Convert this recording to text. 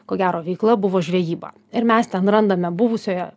ko gero veikla buvo žvejyba ir mes ten randame buvusioje